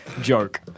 joke